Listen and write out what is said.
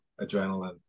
Adrenaline